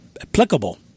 applicable